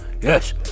yes